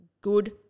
good